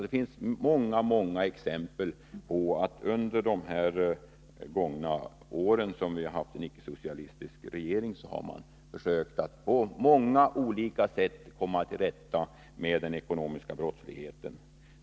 Det finns alltså åtskilliga exempel på att man under de år då vi hade en icke-socialistisk regering på många olika sätt har försökt att komma till rätta med den ekonomiska brottsligheten.